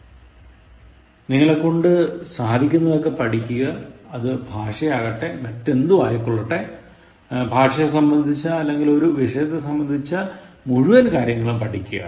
" നിങ്ങളെക്കൊണ്ടു സാധിക്കുനതൊക്കെ പഠിക്കുക അത് ഭാഷയാകട്ടെ മറ്റെന്തും ആയികൊള്ളട്ടെ ഭാഷയെ സംബന്ധിച്ച അല്ലെങ്കിൽ ഒരു വിഷയത്തെ സംബന്ധിച്ച മുഴുവൻ കാര്യങ്ങളും പഠിക്കുക